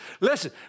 Listen